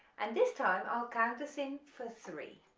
and this time i'll count us in for three,